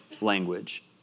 language